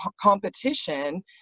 competition